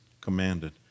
commanded